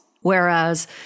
whereas